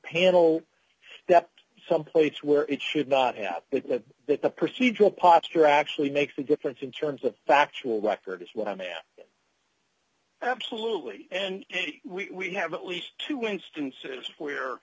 panel stepped someplace where it should not have it that the procedural posture actually makes the difference in terms of factual record is what i am absolutely and we have at least two instances where